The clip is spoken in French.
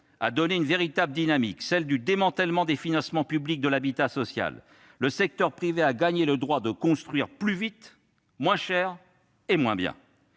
a impulsé une véritable dynamique, celle du démantèlement des financements publics de l'habitat social. Le secteur privé a gagné le droit de construire plus vite, moins bien et plus cher.